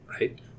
right